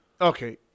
Okay